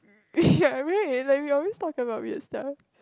ya right like we always talk about weird stuff